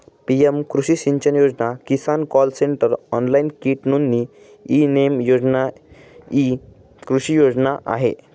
PM कृषी सिंचन योजना, किसान कॉल सेंटर, ऑनलाइन कीट नोंदणी, ई नेम योजना इ कृषी योजना आहेत